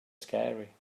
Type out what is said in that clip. scary